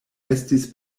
estis